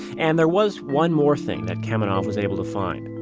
and there was one more thing that kamenov was able to find.